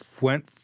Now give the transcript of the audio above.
went